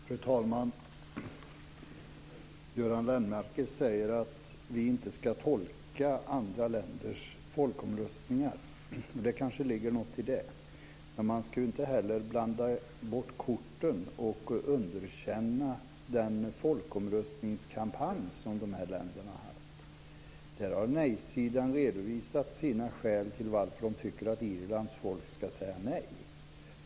Fru talman! Göran Lennmarker säger att vi inte ska tolka andra länders folkomröstningar. Det kanske ligger något i det, men man ska inte heller blanda bort korten och underkänna den folkomröstningskampanj som de här länderna har haft. Nej-sidan har redovisat sina skäl till att man tycker att Irlands folk ska säga nej.